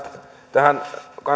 tähän